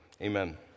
Amen